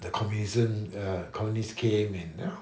the communism uh communist came and you know